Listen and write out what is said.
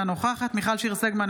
אינה נוכחת מיכל שיר סגמן,